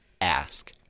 Ask